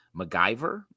MacGyver